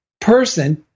person